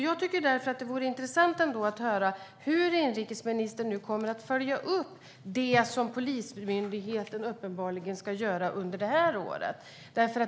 Det vore därför intressant att höra hur inrikesministern nu kommer att följa upp det som Polismyndigheten uppenbarligen ska göra under detta år.